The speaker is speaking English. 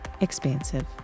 expansive